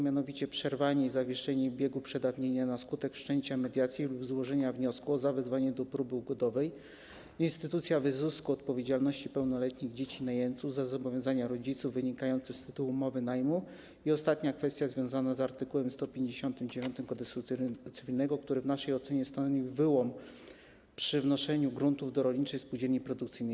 Mianowicie są to: przerwanie i zawieszenie biegu terminu przedawnienia na skutek wszczęcia mediacji lub złożenia wniosku o zawezwanie do próby ugodowej, instytucja wyzysku, odpowiedzialność pełnoletnich dzieci najemców za zobowiązania rodziców wynikające z tytułu umowy najmu i ostatnia kwestia, związana z art. 159 Kodeksu cywilnego, który w naszej ocenie stanowi wyłom przy wnoszeniu gruntów do rolniczej spółdzielni produkcyjnej.